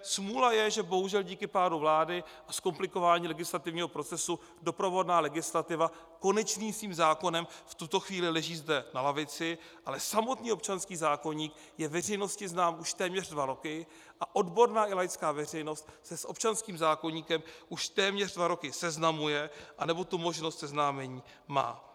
Smůla je, že bohužel díky pádu vlády a zkomplikování legislativního procesu doprovodná legislativa s konečným zákonem v tuto chvíli leží zde na lavici, ale samotný občanský zákoník je veřejnosti znám už téměř dva roky a odborná i laická veřejnost se s občanským zákoníkem už téměř dva roky seznamuje anebo tu možnost seznámení má.